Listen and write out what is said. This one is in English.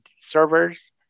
servers